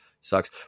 sucks